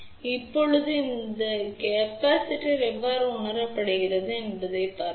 இப்போது இந்த கொள்ளளவு எவ்வாறு உணரப்படுகிறது என்பதைப் பார்ப்போம்